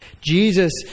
Jesus